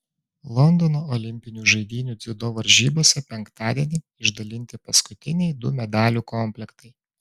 londono olimpinių žaidynių dziudo varžybose penktadienį išdalinti paskutiniai du medalių komplektai